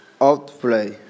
outplay